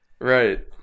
Right